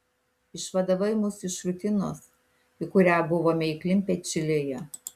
išvadavai mus iš rutinos į kurią buvome įklimpę čilėje